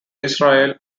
israel